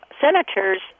senators—